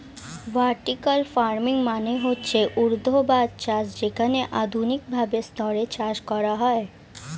vertical farming মানে হচ্ছে ঊর্ধ্বাধ চাষ যেখানে আধুনিক ভাবে স্তরে চাষ করা হয়